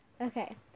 okay